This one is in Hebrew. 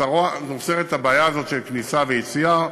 נוצרת הבעיה הזאת של כניסה ויציאה,